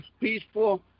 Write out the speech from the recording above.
peaceful